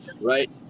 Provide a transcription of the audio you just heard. right